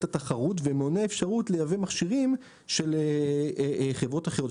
התחרות ומונע אפשרות לייבא מכשירים של חברות אחרות.